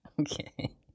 Okay